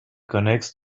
connects